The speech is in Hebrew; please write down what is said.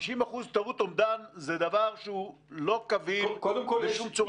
50% טעות באומדן זה דבר שהוא לא קביל בשום צורה שהיא.